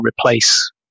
replace